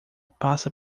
passa